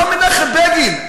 מה מנחם בגין,